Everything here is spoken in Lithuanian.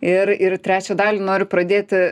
ir ir trečią dalį noriu pradėti